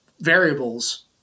variables